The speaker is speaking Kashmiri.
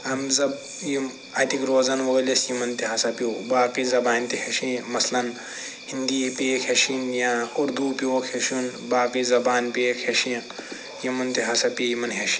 یِم اتِکۍ روزن وٲلۍ ٲسۍ یِمن تہِ ہسا پیٛو باقٕے زبانہِ تہِ ہیٚچھنہِ مثلاً ہندی پیٚیَکھ پیٚچھِنۍ یا اردو پیٛوکھ ہیٚچھُن باقٕے زبان پیٚیَکھ ہیٚچھنہِ یِمن تہِ ہسا پیٚیہِ یِم ہیٚچھِنہِ